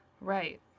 Right